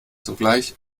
sogleich